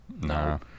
No